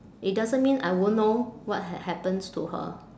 it doesn't mean I won't know what had happens to her